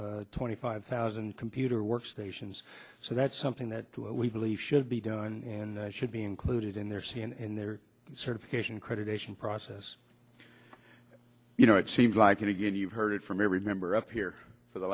those twenty five thousand computer workstations so that's something that we believe should be done and should be included in their city and their certification credit ation process you know it seems like and again you've heard it from every member up here for the